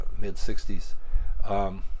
mid-60s